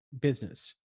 business